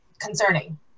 concerning